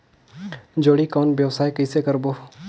जोणी कौन व्यवसाय कइसे करबो?